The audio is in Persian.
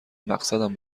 مقصدم